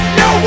no